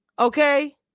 Okay